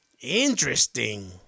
Interesting